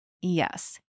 yes